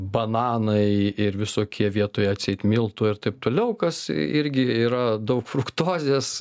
bananai ir visokie vietoj atseit miltų ir taip toliau kas irgi yra daug fruktozės